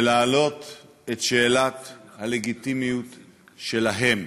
ולהעלות את שאלת הלגיטימיות שלהן.